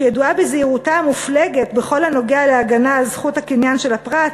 שידועה בזהירותה המופלגת בכל הקשור להגנה על זכות הקניין של הפרט,